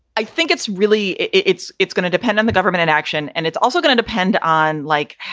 i think it's really it's it's going to depend on the government in action. and it's also going to depend on. like,